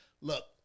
Look